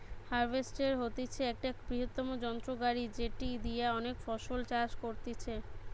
harvester হতিছে একটা বৃহত্তম যন্ত্র গাড়ি যেটি দিয়া অনেক ফসল চাষ করতিছে